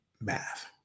Math